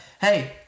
hey